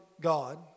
God